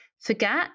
forget